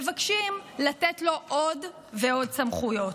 מבקשים לתת לו עוד ועוד סמכויות.